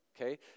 Okay